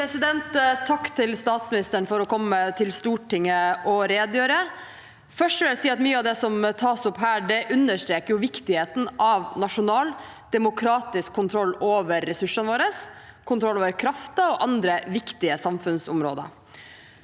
tak- ke statsministeren for å komme til Stortinget og redegjøre. Først vil jeg si at mye av det som tas opp her, understreker viktigheten av nasjonal demokratisk kontroll over ressursene våre, kontroll over kraften og andre viktige samfunnsområder.